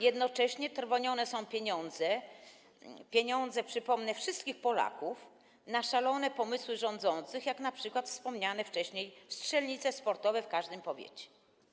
Jednocześnie trwonione są pieniądze - pieniądze, przypomnę, wszystkich Polaków - na szalone pomysły rządzących, jak np. wspomniane wcześniej strzelnice sportowe w każdym powiecie.